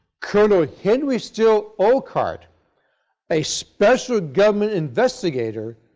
colonel henry steele olcott, a special government investigator,